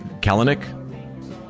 Kalanick